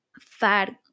fat